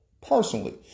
personally